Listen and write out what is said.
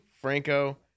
Franco